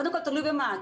קודם כל תלוי במה.